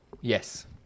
Yes